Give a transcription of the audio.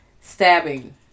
stabbing